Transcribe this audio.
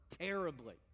terribly